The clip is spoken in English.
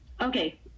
okay